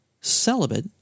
celibate